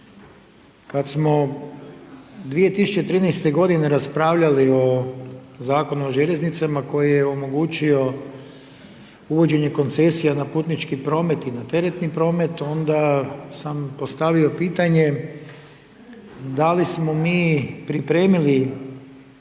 Kad smo 2013. godine raspravljali o Zakonu o željeznicama koji je omogućio uvođenje koncesija na putnički promet i na teretni promet, onda sam postavio pitanje da li smo mi pripremili